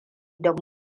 don